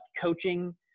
coaching